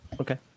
Okay